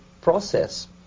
process